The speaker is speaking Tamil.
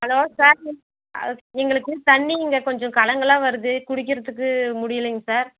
ஹலோ சார் எங்களுக்கு தண்ணி இங்கே கொஞ்சம் கலங்கலாக வருது குடிக்கிறதுக்கு முடியலைங்க சார்